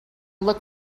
look